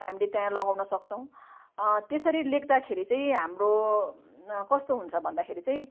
हामीले त्यहाँ लगाउन सक्छौँ त्यसरी लेख्दाखेरी चाहिँ हाम्रो कस्तो हुन्छ भन्दाखेरि चाहिँ